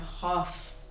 half